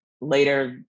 later